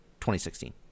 2016